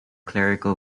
clerical